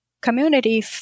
community